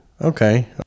Okay